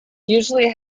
usually